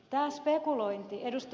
tämä spekulointi ed